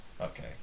Okay